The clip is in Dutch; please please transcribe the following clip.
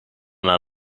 naar